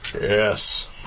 Yes